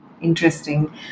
interesting